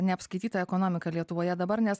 neapskaityta ekonomika lietuvoje dabar nes